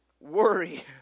worry